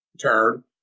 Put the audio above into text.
turn